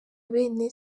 bene